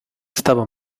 estava